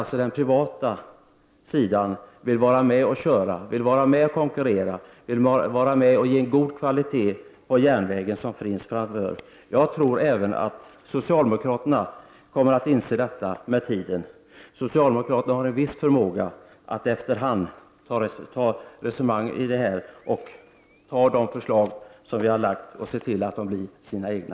På den privata sidan vill man vara med och köra, konkurrera och ge en god kvalitet på järnvägen. Jag tror även att socialdemokraterna kommer att inse detta med tiden. Socialdemokraterna har en viss förmåga att efter hand anta resonemang och förslag som vi har fört fram och se till att de blir deras egna.